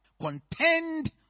contend